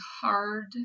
hard